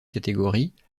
catégorie